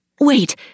wait